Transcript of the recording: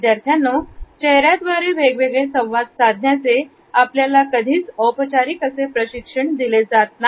विद्यार्थ्यांनो चेहऱ्या द्वारे वेगवेगळे संवाद साधण्याचे आपल्याला कधीच औपचारिक प्रशिक्षण दिले जात नाही